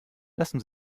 lassen